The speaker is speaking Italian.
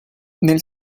nel